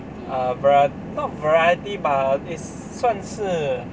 err varie~ not variety but err is 算是